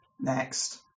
next